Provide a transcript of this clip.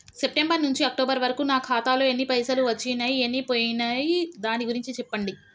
September నుంచి October వరకు నా ఖాతాలో ఎన్ని పైసలు వచ్చినయ్ ఎన్ని పోయినయ్ దాని గురించి చెప్పండి?